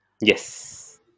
Yes